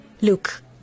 Look